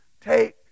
take